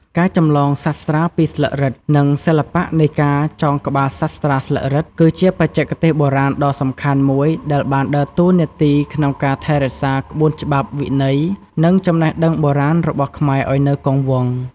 ការចម្លងសាត្រាពីស្លឹករឹត និងសិល្បៈនៃការចងក្បាលសាស្រ្តាស្លឹករឹត គឺជាបច្ចេកទេសបុរាណដ៏សំខាន់មួយដែលបានដើរតួនាទីក្នុងការថែរក្សាក្បួនច្បាប់ វិន័យ និងចំណេះដឹងបុរាណរបស់ខ្មែរឲ្យនៅគង់វង្ស។